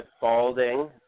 balding